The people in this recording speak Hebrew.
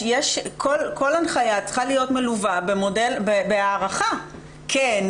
כל הנחיה צריכה להיות מלווה בהערכה של כן,